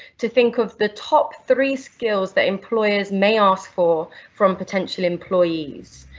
to think of the top three skills that employers may ask for from potential employees,